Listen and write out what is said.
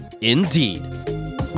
Indeed